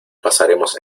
pasaremos